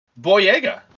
Boyega